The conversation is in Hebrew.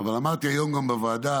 אבל אמרתי היום גם בוועדה,